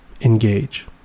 Engage